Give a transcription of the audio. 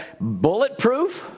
bulletproof